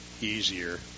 easier